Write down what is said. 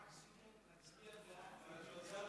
בבקשה, עד עשר דקות.